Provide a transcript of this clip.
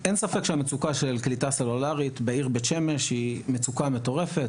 אין ספק שהמצוקה של קליטה סלולרית בעיר בית שמש היא מצוקה מטורפת.